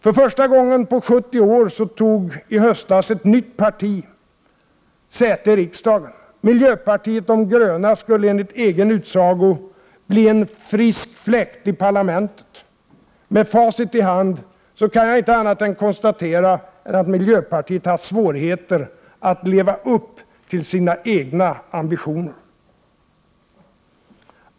För första gången på 70 år tog i höstas ett nytt parti säte i riksdagen. Miljöpartiet de gröna skulle enligt egen utsago bli en frisk fläkt i parlamentet. Med facit i hand kan jag inte annat än konstatera att miljöpartiet haft svårigheter att leva upp till sina egna ambitioner.